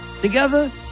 Together